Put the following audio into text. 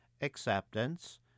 acceptance